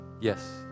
yes